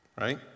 Right